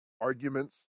arguments